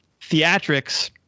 theatrics